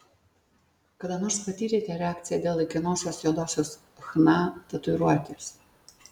kada nors patyrėte reakciją dėl laikinosios juodosios chna tatuiruotės